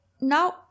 Now